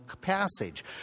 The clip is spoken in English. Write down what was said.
passage